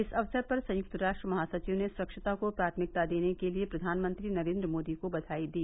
इस अवसर पर संयुक्त राष्ट्र महासचिव ने स्वच्छता को प्राथमिकता देने के लिए प्रधानमंत्री नरेन्द्र मोदी को बवाई दी